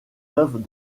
œuvres